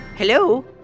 Hello